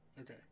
Okay